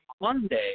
Monday